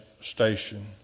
station